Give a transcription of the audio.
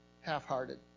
half-hearted